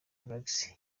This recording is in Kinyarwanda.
relax